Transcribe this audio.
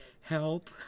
help